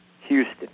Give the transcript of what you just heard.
Houston